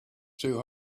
two